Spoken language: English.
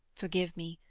forgive me,